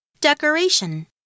Decoration